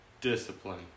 discipline